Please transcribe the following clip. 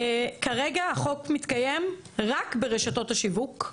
כרגע החוק מתקיים רק ברשתות השיווק.